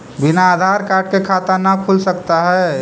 बिना आधार कार्ड के खाता न खुल सकता है?